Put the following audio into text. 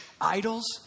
Idols